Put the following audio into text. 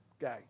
guy